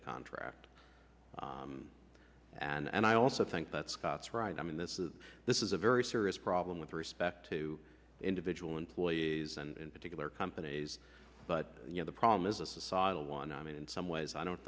the contract and i also think that scott's right i mean this is this is a very serious problem with respect to individual employees and in particular companies but you know the problem is a societal one i mean in some ways i don't